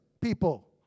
people